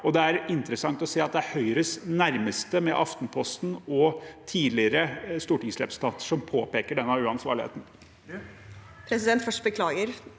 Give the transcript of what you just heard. Det er interessant å se at det er Høyres nærmeste, med Aftenposten og tidligere stortingsrepresentanter, som påpeker denne uansvarligheten.